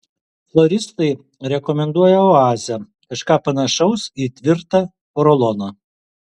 floristai rekomenduoja oazę kažką panašaus į tvirtą poroloną